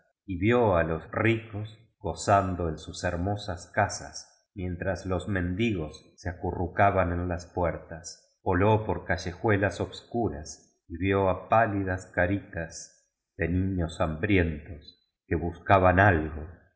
y vió a los ricos gozando en sus hermosas casas mientras los mendigos se acurrucaban nn las puertas voló por callejuelas obscuras y vio á pálidas caritas de niños hambrientos que buscaban algo